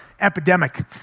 epidemic